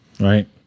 right